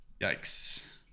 Yikes